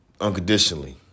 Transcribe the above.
unconditionally